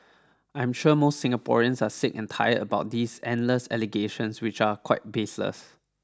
I am sure most Singaporeans are sick and tired about these endless allegations which are quite baseless